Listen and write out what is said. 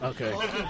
Okay